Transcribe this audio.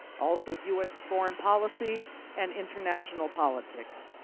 also us foreign policy and international politics.